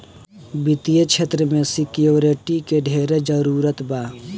वित्तीय क्षेत्र में सिक्योरिटी के ढेरे जरूरी बा